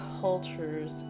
cultures